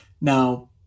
Now